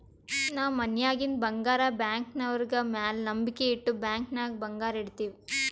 ನಾವ್ ಮನ್ಯಾಗಿಂದ್ ಬಂಗಾರ ಬ್ಯಾಂಕ್ನವ್ರ ಮ್ಯಾಲ ನಂಬಿಕ್ ಇಟ್ಟು ಬ್ಯಾಂಕ್ ನಾಗ್ ಬಂಗಾರ್ ಇಡ್ತಿವ್